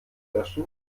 löschen